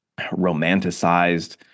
romanticized